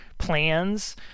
plans